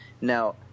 Now